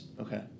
Okay